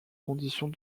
conditions